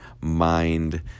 mind